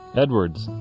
edwards,